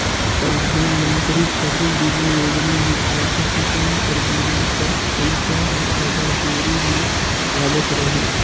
परधानमंतरी फसिल बीमा योजना में आघु किसान कर बीमा कर पइसा हर अब्बड़ देरी में आवत रहिस